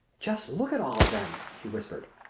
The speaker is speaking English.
just look at all of them, she whispered,